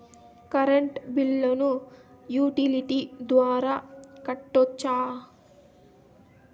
Current బిల్లును utility ద్వారా కట్టొచ్చా?